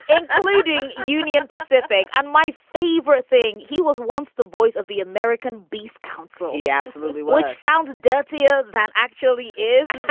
and including union pacific. and my favorite thing, he was once the voice of the american beef council. he absolutely. which sounds dirtier. that actually is